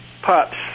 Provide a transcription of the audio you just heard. Pups